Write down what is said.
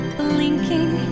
blinking